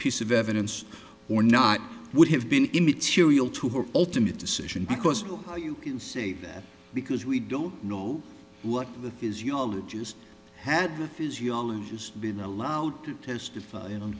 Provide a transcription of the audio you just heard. piece of evidence or not would have been immaterial to her ultimate decision because now you can say that because we don't know what that is you all are just had the physiologist been allowed to testify